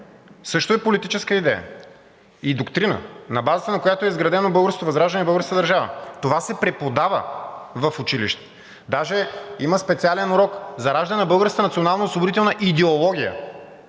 също е политическа идея и доктрина, на базата на която е изградено Българското възраждане и българската държава. Това се преподава в училище. Даже има специален урок „Зараждане на българската националноосвободителна идеология“.